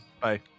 Bye